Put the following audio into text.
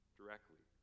directly